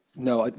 no,